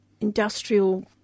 industrial